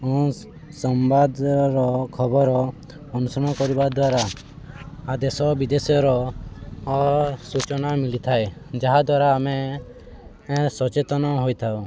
ମୁଁ ସମ୍ବାଦର ଖବର ଅନୁସରଣ କରିବା ଦ୍ୱାରା ଆ ଦେଶ ବିଦେଶର ସୂଚନା ମିଳିଥାଏ ଯାହାଦ୍ୱାରା ଆମେ ସଚେତନ ହୋଇଥାଉ